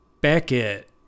Beckett